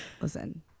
listen